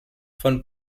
von